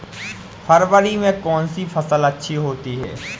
फरवरी में कौन सी फ़सल अच्छी होती है?